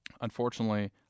unfortunately